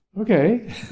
okay